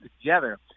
together